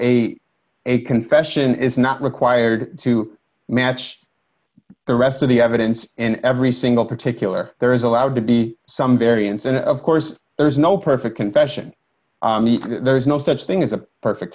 a confession is not required to match the rest of the evidence in every single particular there is allowed to be some variance and of course there is no perfect confession there is no such thing as a perfect